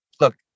look